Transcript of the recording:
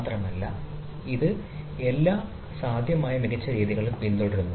മാത്രമല്ല ഇത് സാധ്യമായ എല്ലാ മികച്ച രീതികളും പിന്തുടരുന്നു